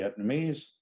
Vietnamese